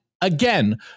again